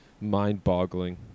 mind-boggling